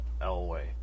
Elway